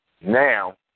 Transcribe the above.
now